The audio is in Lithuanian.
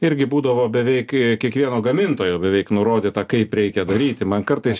irgi būdavo beveik kiekvieno gamintojo beveik nurodyta kaip reikia daryti man kartais